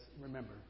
remember